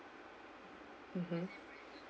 mmhmm